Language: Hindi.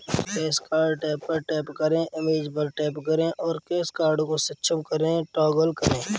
कैश कार्ड टैब पर टैप करें, इमेज पर टैप करें और कैश कार्ड को सक्षम करें टॉगल करें